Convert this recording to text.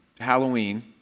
Halloween